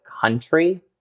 country